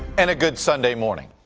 and a good sunday morning.